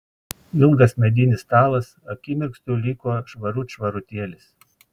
ilgas medinis stalas akimirksniu liko švarut švarutėlis